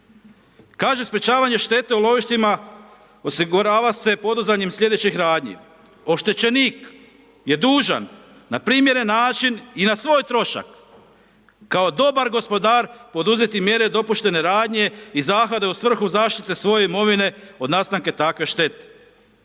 Kaže sprečavanje štete u lovištima osigurava se poduzimanjem sljedećih radnji, oštećenik je dužan na primjeren način i na svoj trošak, kao dobar gospodar poduzeti mjere dopuštene radnje i zahvate u svrhu zaštite svoje imovine od nastanka takve štete.